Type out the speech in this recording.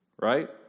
right